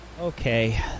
Okay